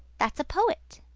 that's a poet.